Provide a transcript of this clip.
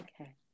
okay